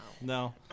no